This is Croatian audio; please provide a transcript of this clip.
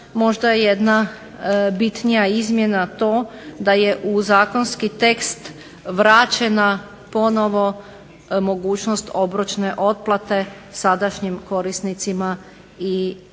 možda je jedna bitna izmjena to da je zakonski tekst vraćena ponovno mogućnost obročne otplate sadašnjim korisnicima i